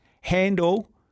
handle